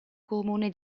comune